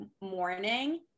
morning